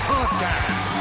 Podcast